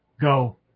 go